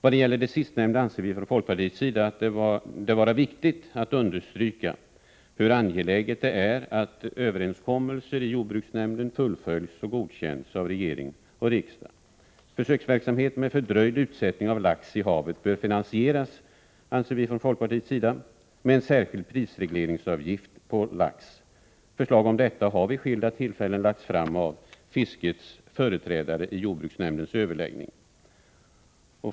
Vad det gäller det sistnämnda anser vi från folkpartiets sida det vara viktigt att understryka hur angeläget det är att överenskommelser i jordbruksnämnden fullföljs och godkänns av regering och riksdag. Försöken med fördröjd utsättning av lax i havet anser vi från folkpartiet bör finansieras med en särskild prisregleringsavgift på lax. Förslag om detta har vid skilda tillfällen i jordbruksnämnden lagts fram av fiskets företrädare.